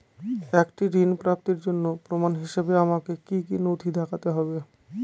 একটি ঋণ প্রাপ্তির জন্য প্রমাণ হিসাবে আমাকে কী কী নথি দেখাতে হবে?